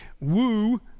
woo